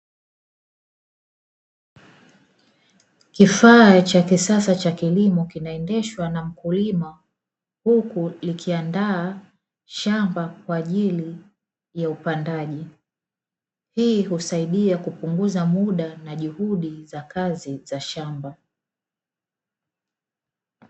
Kifaa cha kisasa cha kilimo kinaendeshwa na mkulima huku kikiandaa shamba kwa ajili ya upandaji. Hii husaidia kupunguza muda na juhudi za kazi za shamba.